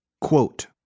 Quote